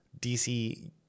DC